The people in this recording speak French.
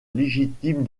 légitime